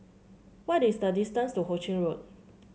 what is the distance to Ho Ching Road